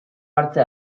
hartze